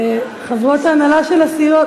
חברות ההנהלה של הסיעות,